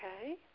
Okay